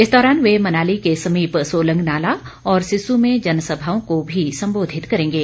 इस दौरान वे मनाली के समीप सोलंगनाला और सिस्सू में जनसभाओं को भी संबोधित करेंगे